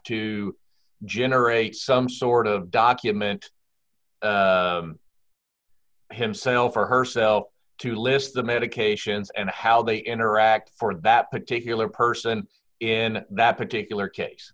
to generate some sort of document himself or herself to list the medications and how they interact for that particular person in that particular case